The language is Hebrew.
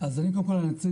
אני קצין